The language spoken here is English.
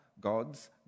God's